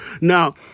Now